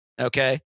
okay